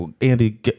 Andy